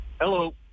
Hello